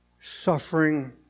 suffering